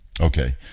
Okay